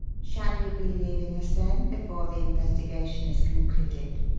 shall you be leaving us, then, before the investigation is concluded?